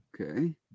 Okay